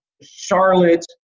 Charlotte